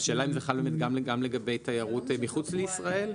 זה חל גם לגבי תיירות מחוץ לישראל?